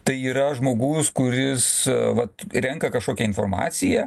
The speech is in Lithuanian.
tai yra žmogus kuris vat renka kažkokią informaciją